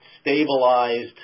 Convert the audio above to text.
stabilized